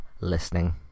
listening